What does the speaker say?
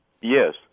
Yes